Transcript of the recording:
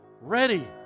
ready